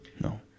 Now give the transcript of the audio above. no